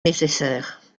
nécessaire